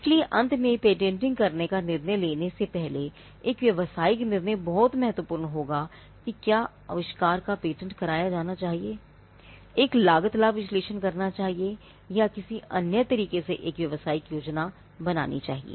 इसलिए अंत में पेटेंटिंग करने का निर्णय लेने से पहले एक व्यावसायिक निर्णय बहुत महत्वपूर्ण होगा कि क्या आविष्कार का पेटेंट कराया जाना चाहिए एक लागत लाभ विश्लेषण करना चाहिए या किसी अन्य तरीके से एक व्यावसायिक योजना बनानी चाहिए